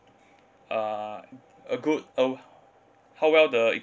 uh a good oh how well the